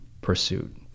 pursuit